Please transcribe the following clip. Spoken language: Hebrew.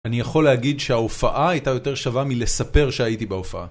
אני יכול להגיד שההופעה הייתה יותר שווה מלספר שהייתי בהופעה.